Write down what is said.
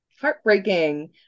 heartbreaking